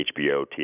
HBO